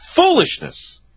foolishness